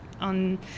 on